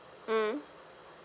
mm